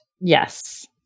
Yes